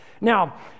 Now